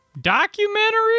documentary